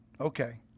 Okay